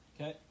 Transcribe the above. okay